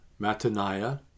Mataniah